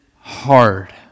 hard